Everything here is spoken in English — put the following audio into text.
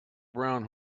brown